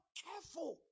careful